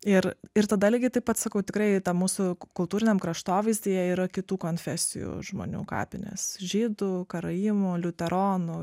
ir ir tada lygiai taip pat sakau tikrai tam mūsų kultūriniam kraštovaizdyje yra kitų konfesijų žmonių kapinės žydų karaimų liuteronų